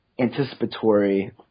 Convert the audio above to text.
anticipatory